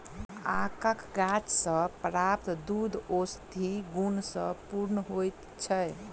आकक गाछ सॅ प्राप्त दूध औषधीय गुण सॅ पूर्ण होइत छै